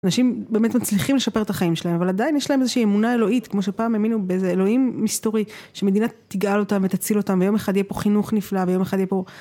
אנשים באמת מצליחים לשפר את החיים שלהם, אבל עדיין יש להם איזושהי אמונה אלוהית, כמו שפעם אמינו באיזה אלוהים מסתורי, שמדינה תגאל על אותם ותציל אותם ויום אחד יהיה פה חינוך נפלא ויום אחד יהיה פה